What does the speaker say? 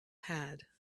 had